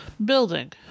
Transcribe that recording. Building